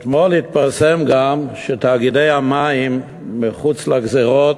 אתמול התפרסם גם שתאגידי המים מחוץ לגזירות,